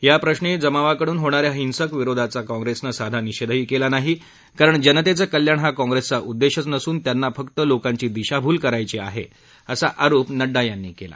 याप्रश्री जमावाकडून होणाऱ्या हिंसक विरोधाचा काँप्रेसनं साधा निषेधही केलेला नाही कारण जनतेचं कल्याण हा काँप्रेसचा उद्देशच नसून त्यांना फक्त लोकांची दिशाभूल करायची आहे असा आरोप नड्डा यांनी केला